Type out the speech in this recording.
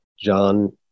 John